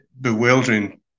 bewildering